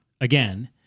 Again